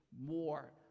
more